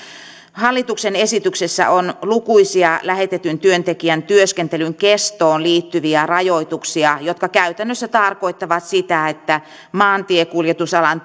hallituksen esityksessä on lukuisia lähetetyn työntekijän työskentelyn kestoon liittyviä rajoituksia jotka käytännössä tarkoittavat sitä että maantiekuljetusalan